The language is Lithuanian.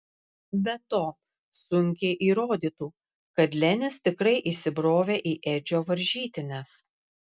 be to sunkiai įrodytų kad lenis tikrai įsibrovė į edžio varžytines